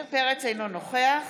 אינו נוכח